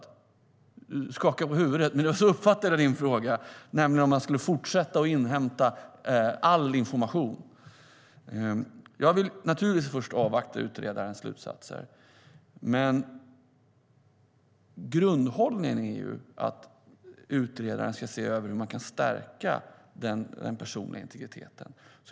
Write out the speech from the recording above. Jag ser att han skakar på huvudet, men det var så jag uppfattade din fråga, nämligen om man ska fortsätta att inhämta all information. Jag vill naturligtvis först avvakta utredarens slutsatser. Men grundhållningen är att utredaren ska se över om man kan stärka den personliga integriteten.